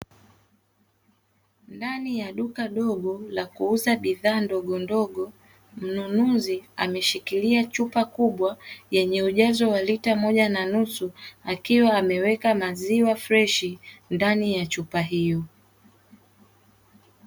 Ndani ya duka dogo la kuuza bidhaa ndogondogo, mnunuzi ameshikilia chupa kubwa yenye ujazo wa lita moja na nusu. Akiwa ameweka maziwa freshi ndani ya chupa hiyo.